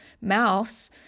mouse